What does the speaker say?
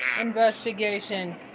Investigation